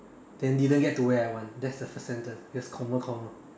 then didn't get to where I want that's the first sentence just comma comma